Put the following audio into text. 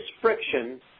friction